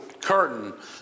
curtain